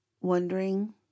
wondering